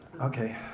Okay